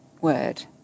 word